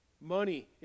money